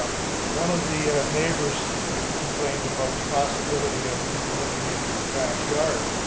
um one of the neighbors complained about the possibility of people looking into his backyard.